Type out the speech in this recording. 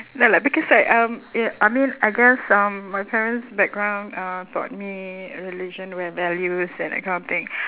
no lah because I um uh I mean I guess um my parents' background uh taught me religion and values and that kind of thing